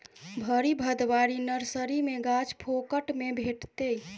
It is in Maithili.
भरि भदवारी नर्सरी मे गाछ फोकट मे भेटितै